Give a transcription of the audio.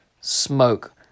smoke